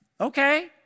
okay